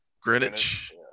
Greenwich